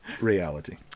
reality